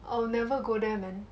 I will never go there man